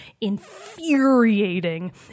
infuriating